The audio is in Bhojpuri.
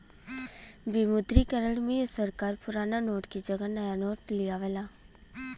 विमुद्रीकरण में सरकार पुराना नोट के जगह नया नोट लियावला